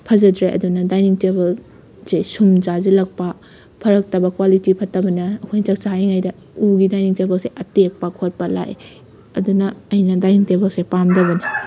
ꯐꯖꯗ꯭ꯔꯦ ꯑꯗꯨꯅ ꯗꯥꯏꯅꯤꯡ ꯇꯦꯕꯜꯁꯦ ꯁꯨꯝ ꯆꯥꯁꯤꯜꯂꯛꯄ ꯐꯔꯛꯇꯕ ꯀ꯭ꯋꯥꯂꯤꯇꯤ ꯐꯠꯇꯕꯅ ꯑꯩꯈꯣꯏꯅ ꯆꯥꯛ ꯆꯥꯔꯤꯉꯩꯗ ꯎꯒꯤ ꯗꯥꯏꯅꯤꯡ ꯇꯦꯕꯜꯁꯦ ꯑꯇꯦꯛꯄ ꯈꯣꯠꯄ ꯂꯥꯛꯑꯦ ꯑꯗꯨꯅ ꯑꯩꯅ ꯗꯥꯏꯅꯤꯡ ꯇꯦꯕꯜꯁꯦ ꯄꯥꯝꯗꯕꯅꯤ